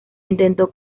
intentó